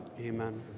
amen